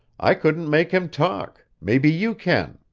i couldn't make him talk maybe you can.